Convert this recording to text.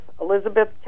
Elizabeth